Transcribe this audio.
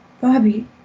Bobby